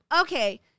Okay